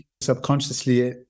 subconsciously